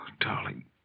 darling